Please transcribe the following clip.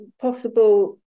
possible